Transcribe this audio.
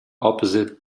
opposite